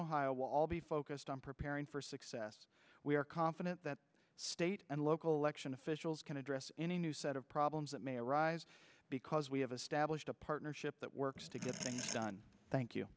ohio will all be focused on preparing for success we are confident that state and local election officials can address any new set of problems that may arise because we have established a partnership that works to get things done thank you